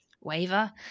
waiver